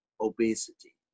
obesity